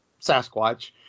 Sasquatch